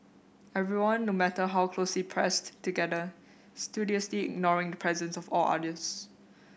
everyone no matter how closely pressed together studiously ignoring the presence of all others